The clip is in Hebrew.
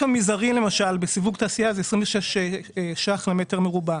המזערי בסיווג תעשייה הוא 26 ₪ למטר מרובע.